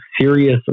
serious